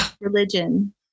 Religion